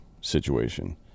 situation